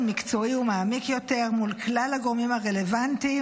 מקצועי ומעמיק יותר מול כלל הגורמים הרלוונטיים,